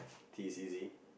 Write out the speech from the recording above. T is easy